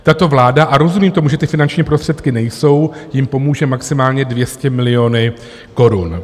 Tato vláda, a rozumím tomu, že ty finanční prostředky nejsou, jim pomůže maximálně 200 miliony korun.